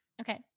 Okay